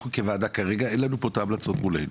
אנחנו כוועדה כרגע אין לנו את ההמלצות מולנו.